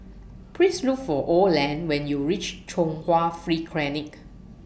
Please Look For Oland when YOU REACH Chung Hwa Free Clinic